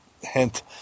hint